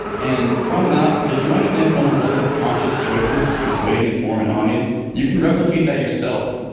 and from that if you understand someone else's conscious choices to persuade and inform an audience you can replicate that yourself.